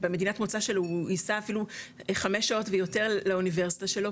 במדינת מוצא שלו הוא ייסע אפילו חמש שעות ויותר לאוניברסיטה שלו,